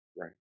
Right